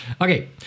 Okay